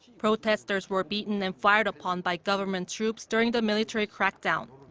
protesters were beaten and fired upon by government troops during the military crackdown.